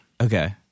Okay